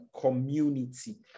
community